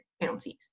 penalties